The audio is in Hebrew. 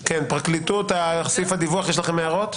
הפרקליטות, האם יש לכם הערות על סעיף הדיווח?